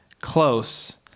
close